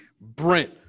Brent